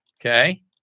Okay